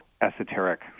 esoteric